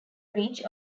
ridge